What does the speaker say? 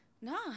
No